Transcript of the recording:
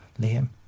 Liam